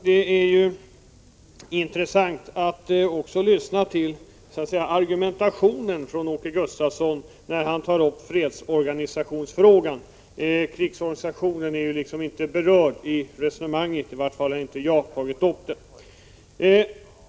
Det är intressant att också lyssna till Åke Gustavssons argumentation när han tar upp frågan om fredsorganisationen. Krigsorganisationen är ju inte berörd i resonemanget; i varje fall har inte jag tagit upp det.